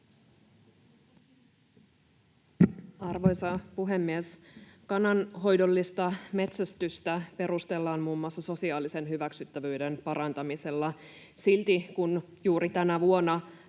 Arvoisa puhemies! Kannanhoidollista metsästystä perustellaan muun muassa sosiaalisen hyväksyttävyyden parantamisella. Silti tänä vuonna,